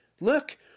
look